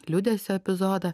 liūdesio epizodą